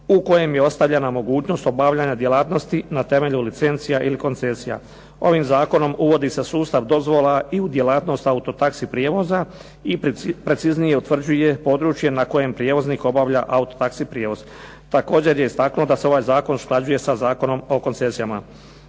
u kojem je ostavljena mogućnost obavljanja djelatnosti na temelju licencija ili koncesija. Ovim zakonom uvodi se sustav dozvola i u djelatnost auto taxi prijevoza i preciznije utvrđuje područje na kojem prijevoznik obavlja auto taxi prijevoz. Također je istaknuo da se ovaj zakon usklađuje sa Zakonom o koncesijama.